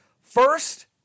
first